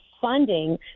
funding